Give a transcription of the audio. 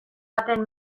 baten